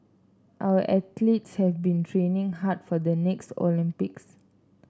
our athletes have been training hard for the next Olympics